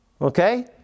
Okay